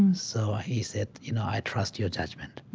and so he said, you know, i trust your judgment.